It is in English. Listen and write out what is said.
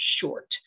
short